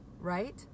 right